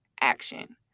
Action